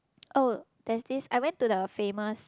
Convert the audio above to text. oh there's this I went to the famous